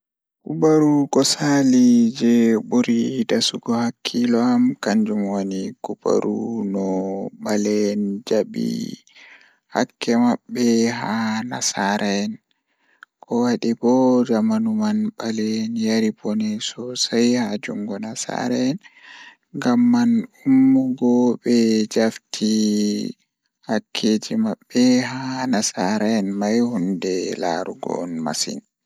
Kubaru ko salli jei ɓuri dasugo hakkiilo am Miɗo yiɗi e joomi ɗiɗi ko Nelson Mandela. O waɗi goɗɗum sabu o waɗi saama ngam ɗeɗɗi leydi maɓɓe e hoore. Miɗo yiɗi ko o jokkude yimɓe e jokkondirɗe sabu o heɓi kaɗi no hokkude yimbi. O waɗi faama sabu o hokkude sabuɗi leydi ngal fiɗɗinde leydi maɓɓe, jeyɗi ko goɗɗum